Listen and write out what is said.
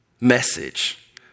message